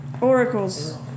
Oracles